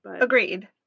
Agreed